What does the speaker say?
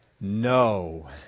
No